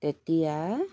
তেতিয়া